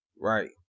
Right